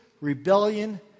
rebellion